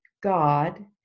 God